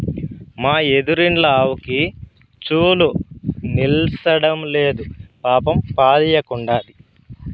మా ఎదురిండ్ల ఆవుకి చూలు నిల్సడంలేదు పాపం పాలియ్యకుండాది